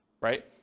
right